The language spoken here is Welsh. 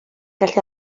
gallu